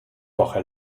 woche